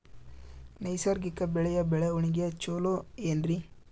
ನೈಸರ್ಗಿಕ ಬೆಳೆಯ ಬೆಳವಣಿಗೆ ಚೊಲೊ ಏನ್ರಿ?